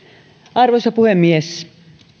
arvoisa puhemies